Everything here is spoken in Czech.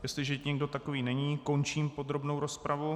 Jestliže nikdo takový není, končím podrobnou rozpravu.